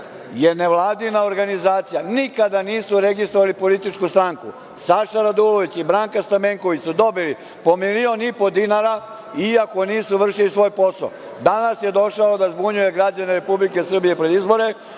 je nevladina organizacija. Nikada nisu registrovali političku stranku. Saša Radulović i Branka Stamenković su dobili po milion i po dinara iako nisu vršili svoj posao. Danas je došao da zbunjuje građane Republike Srbije pred izbore,